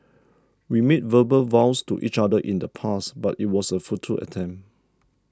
we made verbal vows to each other in the past but it was a futile attempt